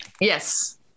yes